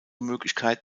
möglichkeit